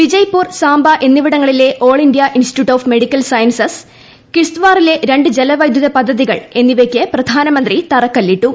വിജയ്പൂർ സാംബ എന്നിവിടങ്ങളിലെ all India institute of medical sciences കിഷ്തവാറിലെ രണ്ട് ജലവൈദ്യുത പദ്ധതികൾ എന്നിവക്ക് പ്രധാനമന്ത്രി തറക്കല്ലിട്ടു